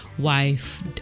wife